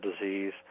disease